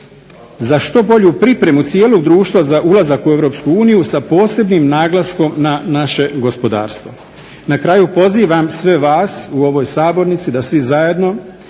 za što bolju pripremu cijelog društva za ulazak u Europsku uniju sa posebnim naglaskom na naše gospodarstvo. Na kraju pozivam sve vas u ovoj sabornici da svi zajedno